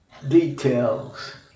details